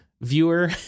viewer